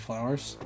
Flowers